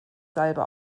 salbe